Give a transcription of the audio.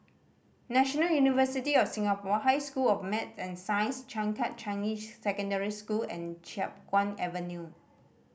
National University of Singapore High School of Math and Science Changkat Changi Secondary School and Chiap Guan Avenue